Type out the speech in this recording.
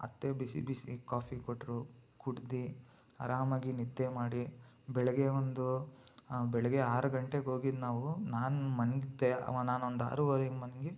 ಅತ್ತೆ ಬಿಸಿ ಬಿಸಿ ಕಾಫಿ ಕೊಟ್ರು ಕುಡ್ದು ಆರಾಮಾಗಿ ನಿದ್ದೆ ಮಾಡಿ ಬೆಳಿಗ್ಗೆ ಒಂದು ಬೆಳಿಗ್ಗೆ ಆರು ಗಂಟೆಗೆ ಹೋಗಿದ್ದು ನಾವು ನಾನು ಮಲಗ್ದೆ ಅವ ನಾನು ಒಂದು ಆರೂವರೆಗೆ ಮಲ್ಗಿ